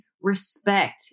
respect